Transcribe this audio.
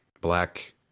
black